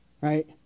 right